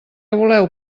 voleu